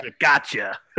gotcha